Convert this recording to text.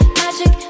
magic